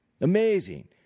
Amazing